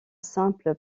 simple